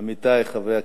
עמיתי חברי הכנסת,